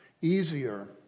Easier